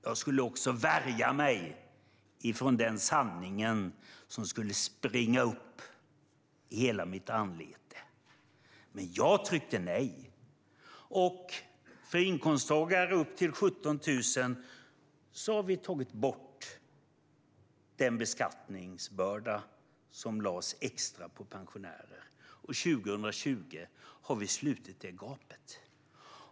Jag skulle också värja mig för den sanningen, som skulle springa upp i hela mitt anlete. Men jag tryckte nej. För inkomsttagare upp till 17 000 har vi tagit bort den beskattningsbörda som lades extra på pensionärerna, och 2020 har vi slutit det gapet.